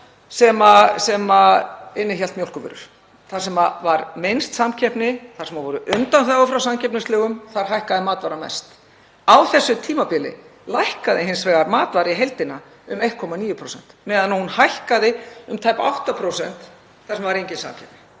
sem innihélt mjólkurvörur. Þar sem var minnst samkeppni, þar sem voru undanþágur frá samkeppnislögum, þar hækkaði matvara mest. Á þessu tímabili lækkaði hins vegar verð á matvöru í heildina um 1,9% meðan það hækkaði um tæp 8% þar sem var engin samkeppni.